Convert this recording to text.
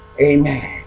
amen